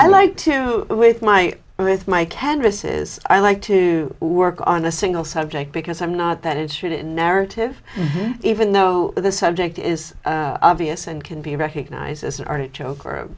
i like to with my with my canvases i like to work on a single subject because i'm not that it should in narrative even though the subject is obvious and can be recognized as artichoke or